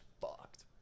fucked